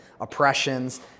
oppressions